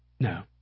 No